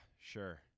sure